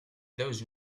those